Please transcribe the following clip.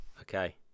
Okay